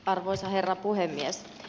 arvoisa herra puhemies